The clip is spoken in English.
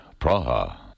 Praha